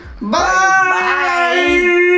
Bye